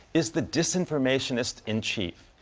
is the disinformationist in chief.